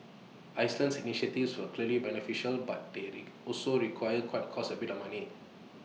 Iceland's initiatives were clearly beneficial but they also require quite cost A bit of money